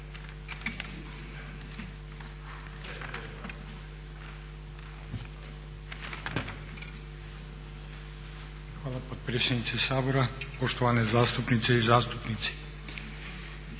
Hvala potpredsjednice Sabora, poštovane zastupnice i zastupnici.